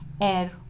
air